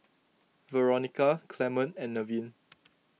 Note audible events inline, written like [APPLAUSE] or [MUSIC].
Veronica Clemon and Nevin [NOISE]